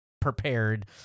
prepared